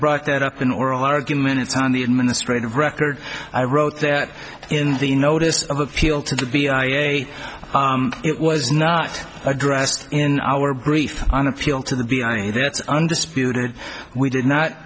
brought that up in oral arguments on the administrative record i wrote there in the notice of appeal to the b i a it was not addressed in our brief an appeal to the be any that's undisputed we did not